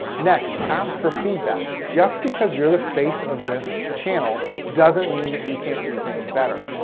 next, ask for feedback. just because you're the face of this channel doesn't mean that you can't do things better.